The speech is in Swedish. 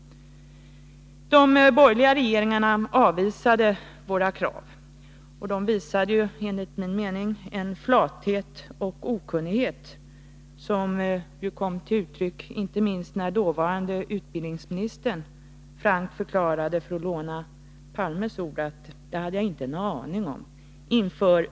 De borgerliga regeringarna avvisade våra krav. De visade enligt min mening en flathet och en okunnighet som kom till uttryck inte minst när den dåvarande utbildningsministern, ställd inför videoexplosionen och videovåldet, frankt förklarade, för att låna Olof Palmes ord, att det hade han inte en aning om.